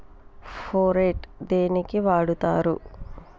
Phorate దేనికి వాడుతరు?